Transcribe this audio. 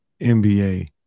NBA